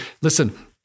listen